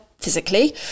physically